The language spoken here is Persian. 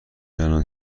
الان